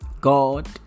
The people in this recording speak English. God